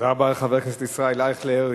תודה רבה לחבר הכנסת ישראל אייכלר.